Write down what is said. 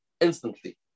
instantly